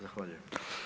Zahvaljujem.